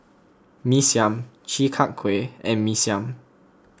Mee Siam Chi Kak Kuih and Mee Siam